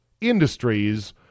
Industries